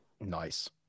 nice